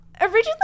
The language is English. originally